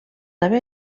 haver